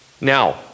Now